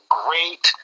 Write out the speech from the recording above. great